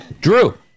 drew